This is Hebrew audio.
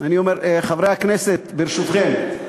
חברי הכנסת, ברשותכם.